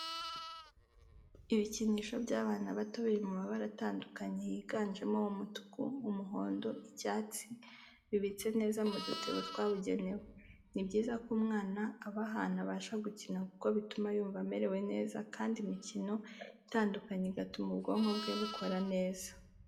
Ibikinisho by'abana bato biri mu mabara atandukanye yiganjemo umutuku, umuhondo, icyatsi, bibitse neza mu dutebo twabugenewe. Ni byiza ko umwana aba ahantu abasha gukina kuko bituma yumva amerewe neza kandi imikino itandukanye igatuma ubwonko bwe bukora neza.